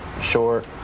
short